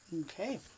Okay